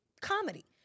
comedy